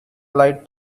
light